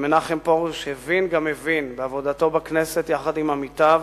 ומנחם פרוש הבין גם הבין בעבודתו בכנסת יחד עם עמיתיו